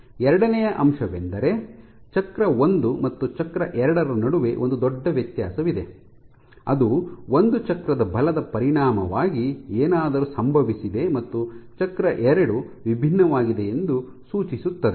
ಎರಡನೆಯ ಅಂಶವೆಂದರೆ ಚಕ್ರ ಒಂದು ಮತ್ತು ಚಕ್ರ ಎರಡರ ನಡುವೆ ಒಂದು ದೊಡ್ಡ ವ್ಯತ್ಯಾಸವಿದೆ ಅದು ಒಂದು ಚಕ್ರದ ಬಲದ ಪರಿಣಾಮವಾಗಿ ಏನಾದರೂ ಸಂಭವಿಸಿದೆ ಮತ್ತು ಚಕ್ರ ಎರಡು ವಿಭಿನ್ನವಾಗಿದೆ ಎಂದು ಸೂಚಿಸುತ್ತದೆ